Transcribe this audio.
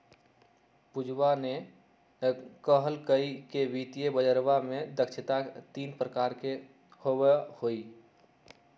पूजवा ने कहल कई कि वित्तीय बजरवा में दक्षता तीन प्रकार के होबा हई